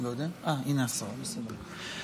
הינה השרה, בסדר.